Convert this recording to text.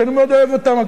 שאני מאוד אוהב אותם.